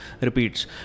repeats